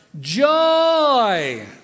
joy